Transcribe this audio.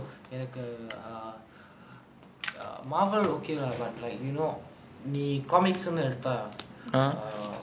எனக்கு:enakku err err marvel okay lah but you know நீ:nee comics எடுத்தா:eduthaa err